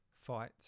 Fight